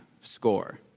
score